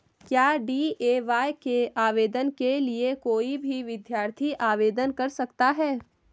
क्या डी.ए.वाय के आवेदन के लिए कोई भी विद्यार्थी आवेदन कर सकता है?